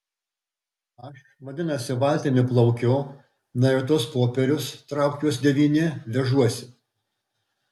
aš vadinasi valtimi plaukiu na ir tuos popierius trauk juos devyni vežuosi